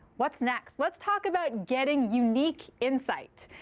what's next? let's talk about getting unique insight.